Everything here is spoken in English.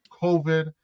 COVID